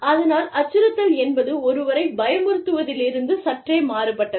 அதனால் அச்சுறுத்துதல் என்பது ஒருவரைப் பயமுறுத்துவதிலிருந்து சற்றே மாறுபட்டது